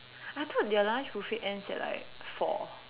I thought their lunch buffet ends at like four